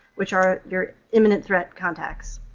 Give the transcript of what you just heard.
which are your imminent-threat contacts.